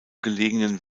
gelegenen